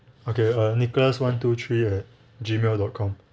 okay uh nicholas one two three at gmail dot com